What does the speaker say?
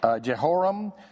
Jehoram